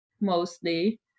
mostly